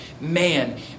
man